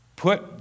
Put